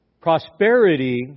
Prosperity